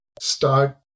start